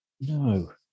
No